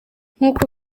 nk’uko